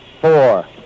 four